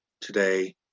today